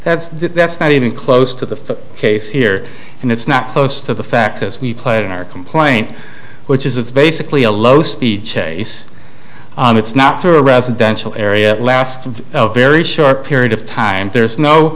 that's that's not even close to the case here and it's not close to the facts as we played in our complaint which is it's basically a low speed chase it's not a residential area last very short period of time there's no